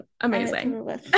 amazing